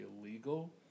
illegal